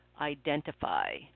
identify